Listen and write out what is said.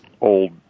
old